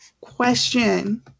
Question